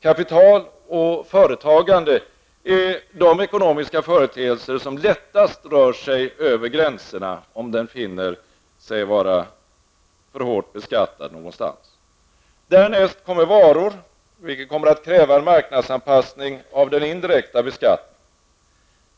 Kapital och företagande är de ekonomiska företeelser som lättast rör sig över gränserna om de visar sig vara för hårt beskattade någonstans. Därnäst kommer varor, vilket kommer att kräva en marknadsanpassning av den indirekta beskattningen.